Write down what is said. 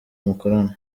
mukorana